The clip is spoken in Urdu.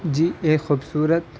جی ایک خوبصورت